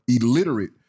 illiterate